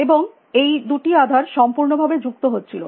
এবং এই দুটি আধার সম্পূর্ণভাবে যুক্ত হচ্ছিল